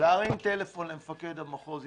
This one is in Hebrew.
להרים טלפון למפקד המחוז,